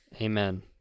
Amen